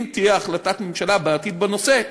אלא שאם תהיה החלטת ממשלה בעתיד בנושא,